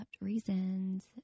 reasons